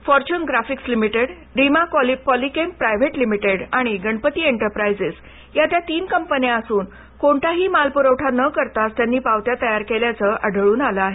Fortune Graphics limited Reema Polychem private limited आणि Ganpati enterprises या त्या तीन कंपन्या असून कोणताही माल पुरवठा न करताच त्यांनी पावत्या तयार केल्याचं आढळून आलं आहे